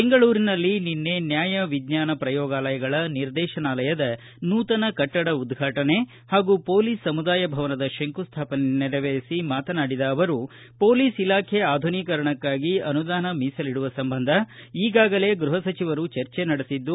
ಬೆಂಗಳೂರಿನಲ್ಲಿ ನಿನ್ನೆ ನ್ಯಾಯ ವಿಜ್ಞಾನ ಪ್ರಯೋಗಾಲಯಗಳ ನಿರ್ದೇಶನಾಲಯದ ನೂತನ ಕಟ್ಟಡ ಉದ್ಘಾಟನೆ ಹಾಗೂ ಕೊಲೀಸ್ ಸಮುದಾಯ ಭವನದ ಶಂಕುಸ್ಥಾಪನೆ ನೆರವೇರಿಸಿ ಮಾತನಾಡಿದ ಅವರು ಪೊಲೀಸ್ ಇಲಾಖೆ ಅಧುನೀಕರಣಕ್ಕಾಗಿ ಅನುದಾನ ಮೀಸಲಿಡುವ ಸಂಬಂಧ ಈಗಾಗಲೇ ಗೃಪಸಚಿವರು ಚರ್ಚೆ ನಡೆಸಿದ್ದು